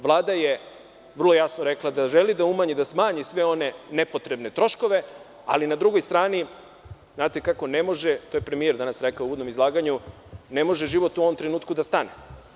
Vlada je vrlo jasno rekla da želi da umanji, da smanji sve one nepotrebne troškove, ali na drugoj strani, znate kako, ne može, to je danas premijer rekao u uvodnom izlaganju, ne može život u ovom trenutku da stane.